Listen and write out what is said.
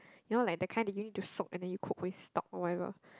you know like the kind that you need to soak and then you cook with stock or whatever